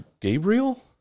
Gabriel